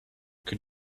could